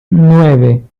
nueve